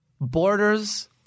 borders